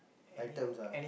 items ah